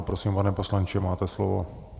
Ano, prosím, pane poslanče, máte slovo.